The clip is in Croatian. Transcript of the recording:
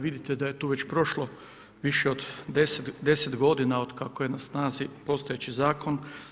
Vidite da je tu već prošlo više od deset godina od kako je na snazi postojeći zakon.